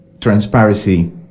transparency